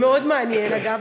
מאוד מעניין, אגב.